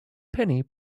pennine